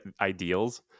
ideals